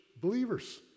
Believers